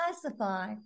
classify